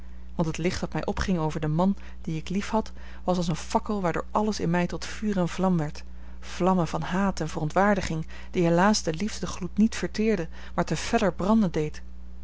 want het licht dat mij opging over den man dien ik liefhad was als een fakkel waardoor alles in mij tot vuur en vlam werd vlamme van haat en verontwaardiging die helaas den liefdegloed niet verteerde maar te feller branden deed